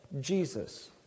Jesus